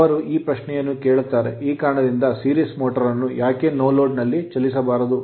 ಅವರು ಈ ಪ್ರಶ್ನೆಯನ್ನು ಕೇಳುತ್ತಾರೆ ಈ ಕಾರಣದಿಂದಾಗಿ ಸರಣಿ ಮೋಟರ್ ಅನ್ನು ಏಕೆ ನೋಲೋಡ್ ನಲ್ಲಿ ಚಲಿಸಬಾರದು